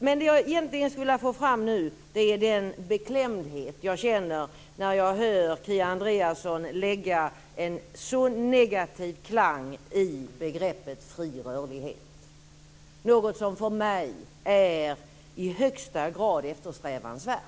Vad jag egentligen skulle vilja få fram nu är den beklämdhet jag känner när jag hör Kia Andreasson lägga en så negativ klang i begreppet fri rörlighet, något som för mig i högsta grad är eftersträvansvärt.